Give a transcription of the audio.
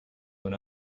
when